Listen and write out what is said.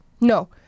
No